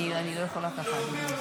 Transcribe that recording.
אני לא יכולה ככה.